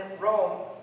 Rome